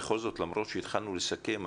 למרות שהתחלנו לסכם,